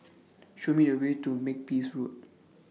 Show Me The Way to Makepeace Road